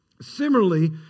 Similarly